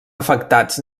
afectats